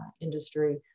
industry